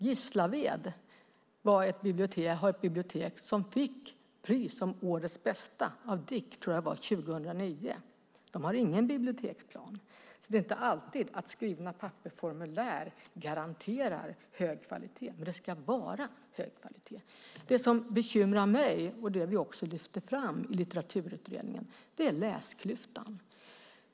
Gislaved har ett bibliotek som fick pris, jag tror att det var av DIK, som årets bästa 2009. De har ingen biblioteksplan. Det är alltså inte alltid som skrivna papper och formulär garanterar hög kvalitet, men det ska vara hög kvalitet. Det som bekymrar mig och som vi också lyfter fram i Litteraturutredningen är läsklyftan.